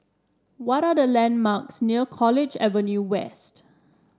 what are the landmarks near College Avenue West